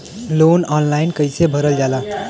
Loan online कइसे भरल जाला?